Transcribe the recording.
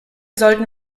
sollten